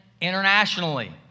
internationally